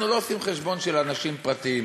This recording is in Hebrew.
אנחנו לא עושים חשבון של אנשים פרטיים.